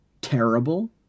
terrible